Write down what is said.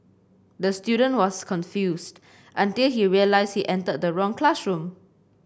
the student was confused until he realised he entered the wrong classroom